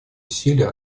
усилия